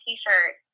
T-shirt